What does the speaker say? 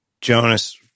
Jonas